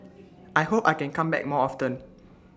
I hope I can come back more often